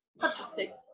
Fantastic